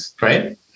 right